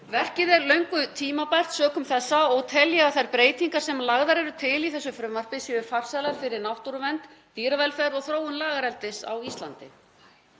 Verkið er löngu tímabært sökum þessa og tel ég að þær breytingar sem lagðar eru til í þessu frumvarpi séu farsælar fyrir náttúruvernd, dýravelferð og þróun lagareldis á Íslandi.